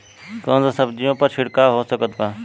कौन सा सब्जियों पर छिड़काव हो सकत बा?